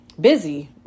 busy